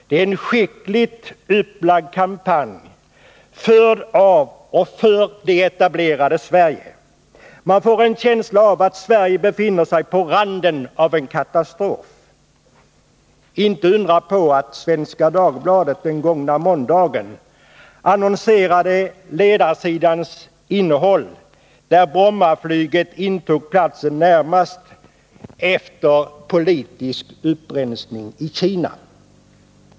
Det är en skickligt upplagd kampanj, förd av och för det etablerade Sverige. Man får en känsla av att Sverige befinner sig vid randen av en katastrof. Det är inte att undra på att Svenska Dagbladet den gångna måndagen lät Brommaflyget inta platsen närmast efter politisk upprensning i Kina, när man annonserade ledarsidans innehåll.